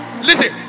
Listen